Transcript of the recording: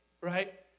Right